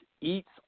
eats